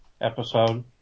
episode